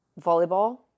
volleyball